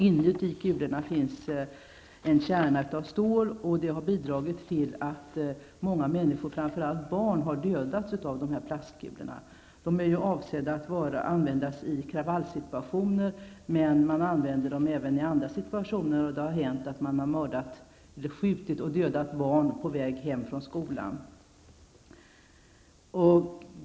Inuti kulorna finns en kärna av stål, vilket har bidragit till att många människor, framför allt barn, har dödats av dessa plastkulor. De är ju avsedda att användas i kravallsituationer. Men man använder dem även i andra situationer, och det har hänt att man har skjutit och dödat barn på väg hem från skolan.